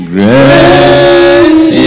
Great